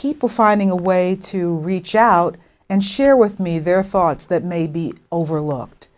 people finding a way to reach out and share with me their thoughts that may be overlooked